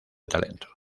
talento